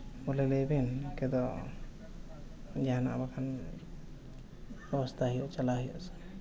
ᱠᱷᱩᱞᱟᱹ ᱞᱟᱹᱭ ᱵᱤᱱ ᱤᱱᱠᱟᱹ ᱫᱚ ᱡᱟᱦᱟᱱᱟᱜ ᱵᱟᱠᱷᱟᱱ ᱵᱮᱵᱚᱥᱛᱷᱟᱭ ᱦᱩᱭᱩᱜᱼᱟ ᱪᱟᱞᱟᱜ ᱦᱩᱭᱩᱜᱼᱟᱥᱮ